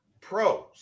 pros